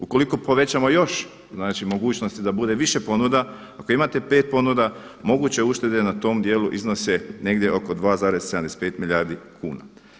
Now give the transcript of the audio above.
Ukoliko povećamo još mogućnosti da bude više ponuda, ako imate pet ponuda moguće uštede na tom dijelu iznose negdje oko 2,75 milijardi kuna.